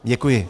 Děkuji.